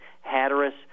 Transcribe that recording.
hatteras